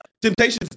Temptations